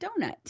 donut